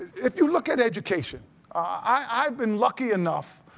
if you look at education i have been lucky enough,